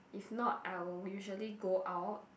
if not I will usually go out